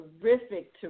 terrific